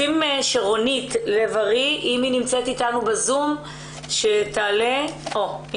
להזכיר את אביגיל לביא ז"ל שהתאבדה בגיל 22. היא